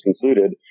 concluded